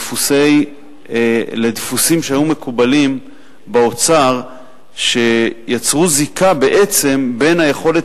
לדפוסים שהיו מקובלים באוצר שיצרו זיקה בין היכולת